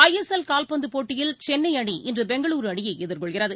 ஐ S L கால்பந்துபோட்டியில் சென்னைஅணி இன்றுபெங்களூரூ அணியைஎதிர்கொள்கிறது